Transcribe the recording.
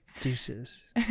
Deuces